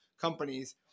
companies